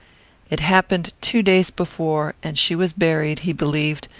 it happened two days before, and she was buried, he believed,